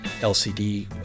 LCD